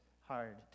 hard